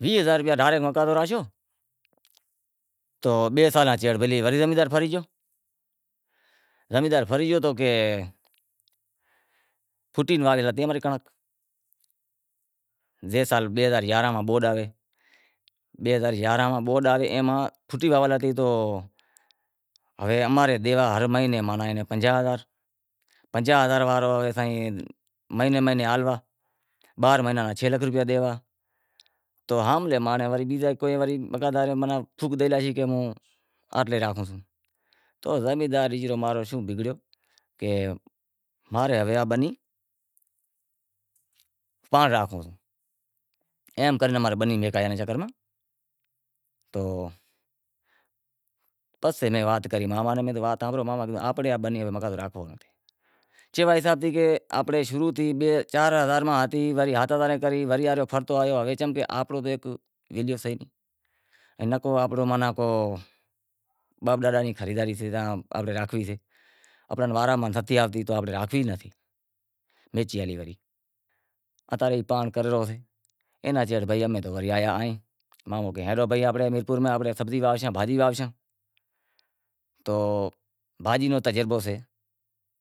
ویہہ ہزار روپیا ڈاریک مقاطو راشیو تو بئے سال سیڑ وری زمیندار پھری گیو زمیندار پھری گیو تو کہ پھٹی نیں لادہی اماری کنڑنک جے سال بئے ہزار یارانہں ری بوڈ آوے، اے ماں پھوٹی واہول ہتی تو ہوے ماں رے ڈیوا ہر مینے ماناں پنجاہ ہزار وارو سائیں مہینے مہینے ہالوا بارہیں مہینے چھ لاکھ روپیا ڈیوا تو ام مانڑاں بھگا زاوے تو زمیندار ڈیکرو امارو شوں کریو کہ ماں رے بنی پانڑ راکھوں سوں، ایم کرے کرے اماں رے بنی میہکائنڑ رے چکر ماں تو پسے میں وات کری ماما نیں کہ وات ہانبھڑ ماما آنپڑی بنی رو مقاطو راکھو چیوا حساب تھیں شروع میں چار ہزار تھیں ہتی وڑے ہات ہزار سیں کری وڑے چمکہ آنپڑو باپ ڈاڈاں ری خرید سے آپاں نیں واراں میں نتھی آوتی تو آپاں نیں راکھنڑی ئی نتھی اتا رے مامو کہے ہلو بھائی میرپور میں امیں سبزی واہوشاں بھاجی واہوشاں، تو بھاجی ننو تجربو سے